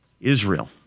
Israel